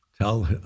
tell